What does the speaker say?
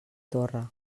torre